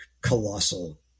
colossal